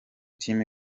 team